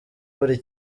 buri